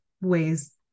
ways